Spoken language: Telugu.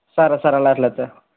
సరే సరే అట్లయితే